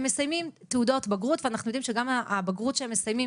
הם מסיימים תעודות בגרות ואנחנו יודעים שגם הבגרות שהם מסיימים